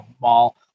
Mall